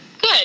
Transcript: Good